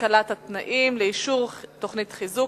הקלת התנאים לאישור תוכנית חיזוק),